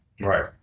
Right